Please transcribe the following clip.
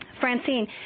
Francine